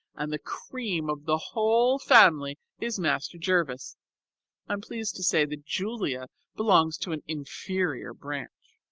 and the cream of the whole family is master jervis i am pleased to say that julia belongs to an inferior branch.